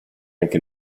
anche